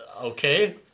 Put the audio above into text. okay